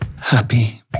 Happy